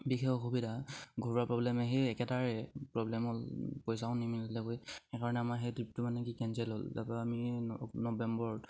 বিশেষ অসুবিধা ঘৰুৱা প্ৰব্লেমেহে একেটাৰে প্ৰব্লেম হ'ল পইচাও নিমিলাকৈ সেইকাৰণে আমাৰ সেই ট্ৰিপটো মানে কি কেঞ্চেল হ'ল তাৰপা আমি নৱেম্বৰত